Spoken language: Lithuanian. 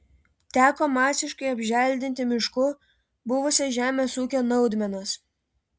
teko masiškai apželdinti mišku buvusias žemės ūkio naudmenas